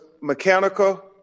mechanical